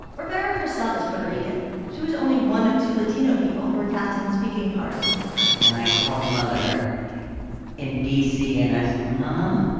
rivera herself is puerto rican she was only one of two latino people who are cast in speaking parts and i called my mother in d c. and i said, mom,